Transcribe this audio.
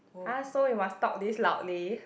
!huh! so we must talk this loudly